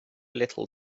little